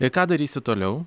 ir ką darysit toliau